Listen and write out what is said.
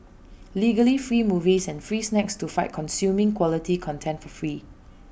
legally free movies and free snacks to fight consuming quality content for free